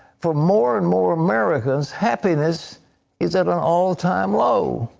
for more and more american, happiness is at and all-time low.